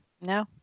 No